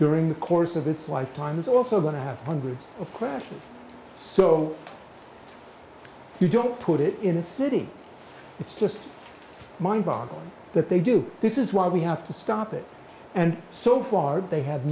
during the course of its life time is also going to have hundreds of questions so you don't put it in a city it's just mind boggling that they do this is why we have to stop it and so far they have